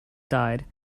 died